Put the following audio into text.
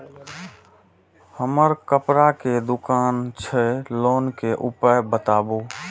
हमर कपड़ा के दुकान छै लोन के उपाय बताबू?